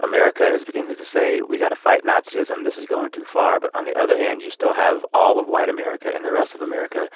america is beginning to to say, we got to fight nazism. this is going too far. but on the other hand, you still have all of white america and the rest of america